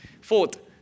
Fourth